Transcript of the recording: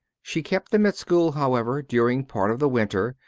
she kept them at school, however, during part of the winter,